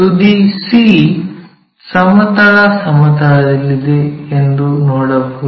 ತುದಿ C ಸಮತಲ ಸಮತಲದಲ್ಲಿದೆ ಎಂದು ನೋಡಬಹುದು